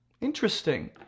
Interesting